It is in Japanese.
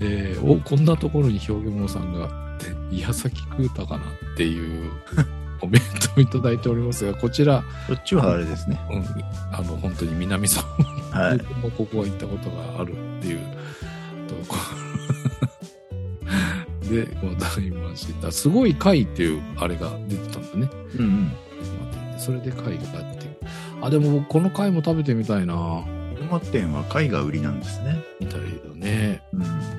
で、お、こんなところに表現者さんがあって、矢崎空太かなっていうコメントをいただいておりますが、こちら。こっちはあれですね。うん。あの、本当に南相馬はい。空港もここは行ったことがあるっていうとこ。 で、渡りました。すごい貝っていうあれが出てたんだね。うんうん。待って、それで貝がっていう。あ、でも僕この貝も食べてみたいな。相馬店は貝が売りなんですね。みたいだね。うん。